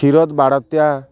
କୀରତ୍ ବାରତ୍ୟା